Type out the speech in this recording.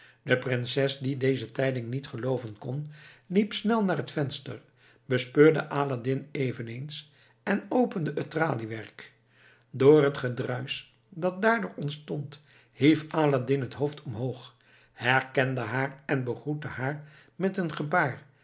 de prinses die deze tijding niet gelooven kon liep snel naar het venster bespeurde aladdin eveneens en opende het traliewerk door het gedruisch dat daardoor ontstond hief aladdin het hoofd omhoog herkende haar en begroette haar met een gebaar